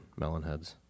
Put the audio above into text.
melonheads